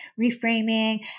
reframing